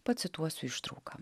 pacituosiu ištrauką